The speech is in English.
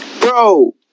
bro